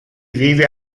vive